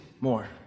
more